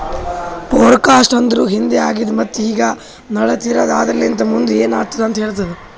forecast ಅಂದುರ್ ಹಿಂದೆ ಆಗಿದ್ ಮತ್ತ ಈಗ ನಡಿತಿರದ್ ಆದರಲಿಂತ್ ಮುಂದ್ ಏನ್ ಆತ್ತುದ ಅಂತ್ ಹೇಳ್ತದ